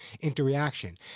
interaction